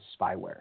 spyware